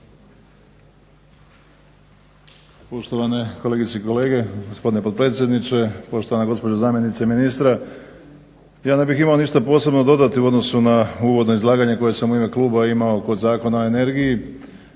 Poštovane kolegice i kolege, gospodine potpredsjedniče, poštovana gospođo zamjenice ministra. Ja ne bih imao ništa posebno dodati u odnosu na uvodno izlaganje koje sam u ime kluba imao kod Zakona o energiji